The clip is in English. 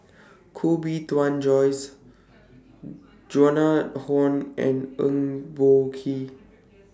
Koh Bee Tuan Joyce Joan Hon and Eng Boh Kee